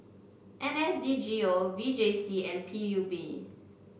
N S D G O V J C and P U B